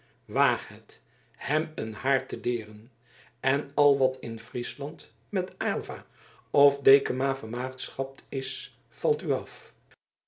waag het hem een haar te deren en al wat in friesland met aylva of dekama vermaagschapt is valt u af